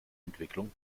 entwicklung